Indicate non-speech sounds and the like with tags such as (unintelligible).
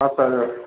(unintelligible)